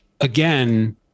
again